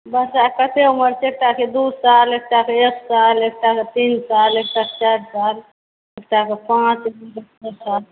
बच्चाकेँ कतय उमर छै एकटाके दू साल एकटाके एक साल एकटाके तीन साल एकटाके चारि साल एकटाके पाँच साल